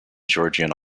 georgian